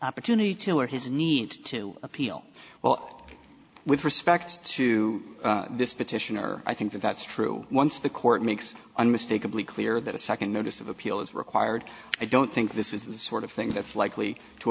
opportunity to or his need to appeal well with respect to this petitioner i think that that's true once the court makes unmistakably clear that a second notice of appeal is required i don't think this is the sort of thing that's likely to